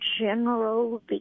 general